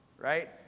Right